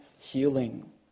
healing